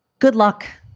good luck.